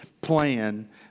plan